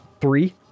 three